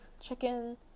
chicken